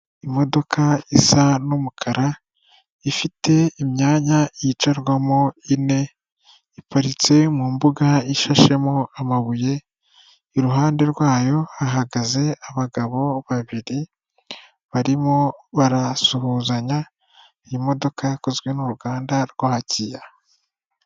Imodoka isa n'umukara, ifite imyanya yicarwamo ine, iparitse mu mbuga ishashemo amabuye, iruhande rwayo, hahagaze abagabo babiri, barimo barasuhuzanya, iyi modoka yakozwe n'uruganda rw'abakiya.